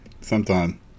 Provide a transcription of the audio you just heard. sometime